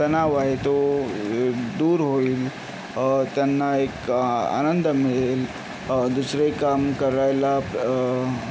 तणाव आहे तो दूर होईल त्यांना एक आनंद मिळेल दुसरे काम करायला